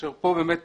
כאשר פה באמת